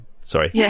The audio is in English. Sorry